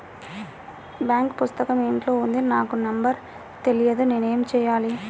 Bank పుస్తకం ఇంట్లో ఉంది నాకు నంబర్ తెలియదు నేను ఏమి చెయ్యాలి?